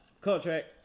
contract